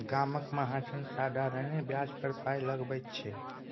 गामक महाजन साधारणे ब्याज पर पाय लगाबैत छै